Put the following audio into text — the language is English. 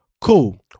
Cool